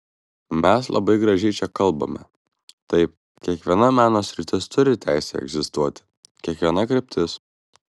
mes labai gražiai čia kalbame taip kiekviena meno sritis turi teisę egzistuoti kiekviena kryptis